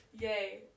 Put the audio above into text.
Yay